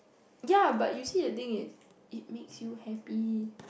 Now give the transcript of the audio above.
ya but you see the thing is it makes you happy